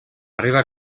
arribar